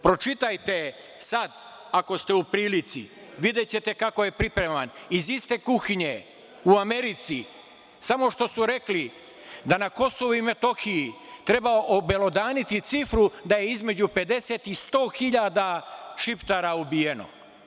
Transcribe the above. Pročitajte sad, ako ste u prilici, videćete kako je pripreman iz isti kuhinje u Americi, samo što su rekli da na Kosovu i Metohiji treba obelodaniti cifru da je između 50 i 100 hiljada šiptara ubijeno.